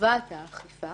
לטובת האכיפה